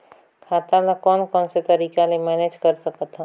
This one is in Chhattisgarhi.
खाता ल कौन कौन से तरीका ले मैनेज कर सकथव?